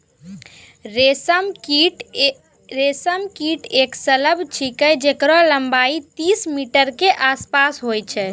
रेशम कीट एक सलभ छिकै जेकरो लम्बाई तीस मीटर के आसपास होय छै